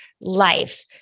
Life